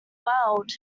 world